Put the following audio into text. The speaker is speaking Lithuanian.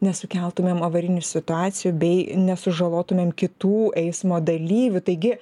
nesukeltumėm avarinių situacijų bei nesužalotumėm kitų eismo dalyvių taigi